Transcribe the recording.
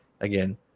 again